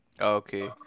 Okay